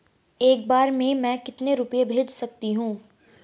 एक बार में मैं कितने रुपये भेज सकती हूँ?